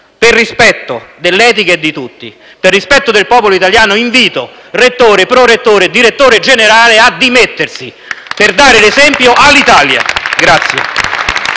Per rispetto dell'etica e di tutti, per rispetto del popolo italiano, invito rettore, prorettore e direttore generale a dimettersi per dare l'esempio all'Italia.